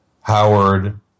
Howard